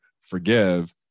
forgive